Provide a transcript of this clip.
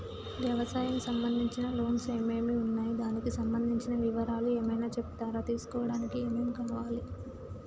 వ్యవసాయం సంబంధించిన లోన్స్ ఏమేమి ఉన్నాయి దానికి సంబంధించిన వివరాలు ఏమైనా చెప్తారా తీసుకోవడానికి ఏమేం కావాలి?